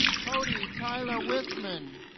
cody tyler whisman